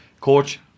coach